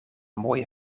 mooie